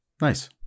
nice